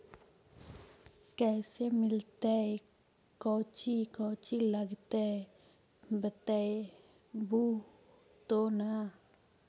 कैसे मिलतय कौची कौची लगतय बतैबहू तो न?